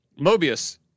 Mobius